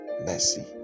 mercy